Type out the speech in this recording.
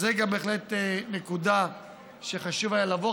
זו בהחלט נקודה שחשוב היה להביא.